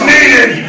Needed